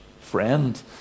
friend